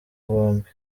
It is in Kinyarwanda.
bombi